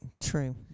true